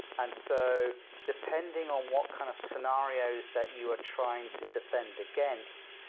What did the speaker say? and so depending on what kind of scenarios that you are trying to defend against,